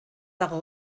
dago